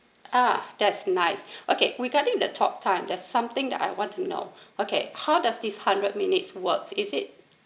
uh that's nice okay regarding the talk time that something that I want to know okay how does this hundred minutes work is it